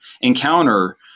encounter